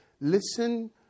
listen